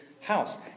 house